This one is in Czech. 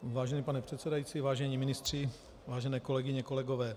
Vážený pane předsedající, vážení ministři, vážené kolegyně, kolegové.